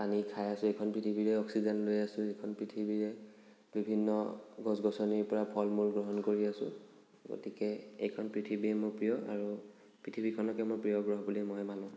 পানী খাই আছো এইখন পৃথিৱীৰে অক্সিজেন লৈ আছো এইখন পৃথিৱীৰে বিভিন্ন গছ গছনিৰপৰা ফলমূল গ্ৰহণ কৰি আছো গতিকে এইখন পৃথিৱীয়ে মোৰ প্ৰিয় আৰু পৃথিৱীখনকে মই প্ৰিয় গ্ৰহ বুলি মই মানো